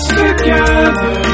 together